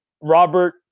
Robert